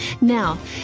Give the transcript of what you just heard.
Now